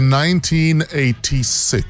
1986